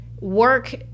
work